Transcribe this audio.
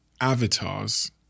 avatars